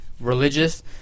religious